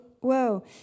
Whoa